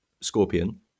scorpion